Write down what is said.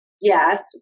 yes